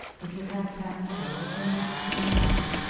it was half-past twelve when manston moved,